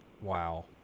Wow